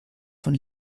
von